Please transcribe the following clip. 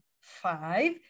five